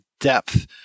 depth